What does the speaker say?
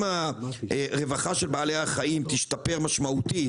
גם רווחת בעלי החיים תשתפר משמעותית